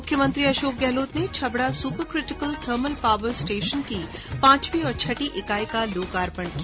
मुख्यमंत्री अशोक गहलोत ने Chhabra super critical thermal power station की पांचवी और छठी इकाई का लोकार्पण किया